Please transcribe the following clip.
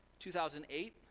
2008